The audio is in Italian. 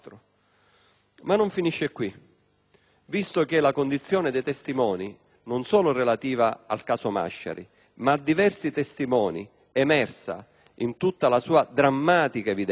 Ma non finisce qui. Visto che la condizione dei testimoni, non solo relativamente al caso Masciari, ma a diversi altri, è emersa in tutta la sua drammatica evidenza